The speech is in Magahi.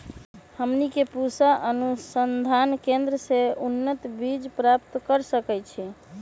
हमनी के पूसा अनुसंधान केंद्र से उन्नत बीज प्राप्त कर सकैछे?